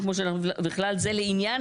ובכלל זה לעניין